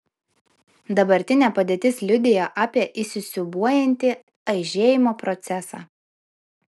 dabartinė padėtis liudija apie įsisiūbuojantį aižėjimo procesą